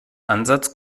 ansatz